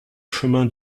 chemin